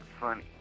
funny